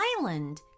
island